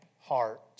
heart